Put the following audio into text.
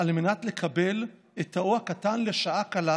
על מנת לקבל את תאו הקטן לשעה קלה,